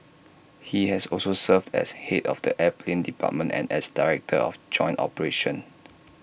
he has also served as Head of the air plan department and as director of joint operations